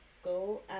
school